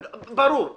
ברור.